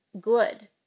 good